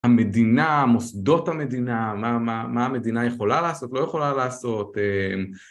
המדינה, מוסדות המדינה, מה המדינה יכולה לעשות, לא יכולה לעשות